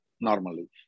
normally